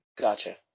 Gotcha